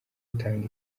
utanga